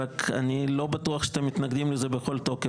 רק אני לא בטוח שאתם מתנגדים לזה בכל תוקף.